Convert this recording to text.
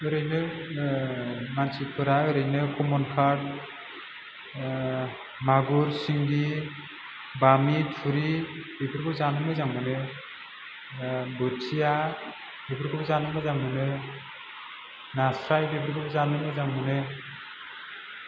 ओरैनो नाथुरफोरा ओरैनो क'मन काट मागुर सिंगि बामि थुरि बेफोरखौ जानो मोजां मोनो बोथिया बेफोरखौ जानो मोजां मोनो नास्राय बेफोरखौबो जानो मोजां मोनो